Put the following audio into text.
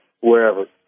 wherever